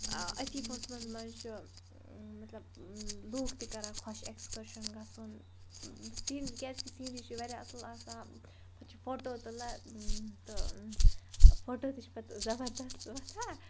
أتھی موسموَس منٛز چھُ مطلب لوٗکھ تہِ کَران خۄش اٮ۪کسکرشَن گژھُن سیٖن کیٛازِکہِ سیٖنری چھِ واریاہ اَصٕل آسان پَتہٕ چھِ فوٹو تُلان تہٕ فوٹو تہِ چھِ پَتہٕ زبردَست وۄتھان